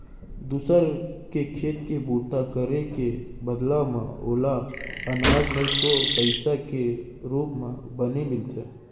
दूसर के खेत के बूता करे के बदला म ओला अनाज नइ तो पइसा के रूप म बनी मिलथे